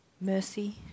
Mercy